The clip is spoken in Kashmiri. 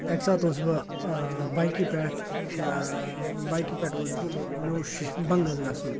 اَکہِ ساتہِ اوسُس بہٕ بایکہِ پیٚٹھ بایکہِ پیٚٹھ اوسُس بہٕ مےٚ اوس بَنگس گَژھُن